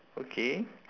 okay